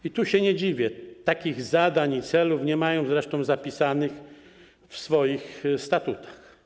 I tu się nie dziwię, takich zadań i celów nie mają zresztą wpisanych w swoich statutach.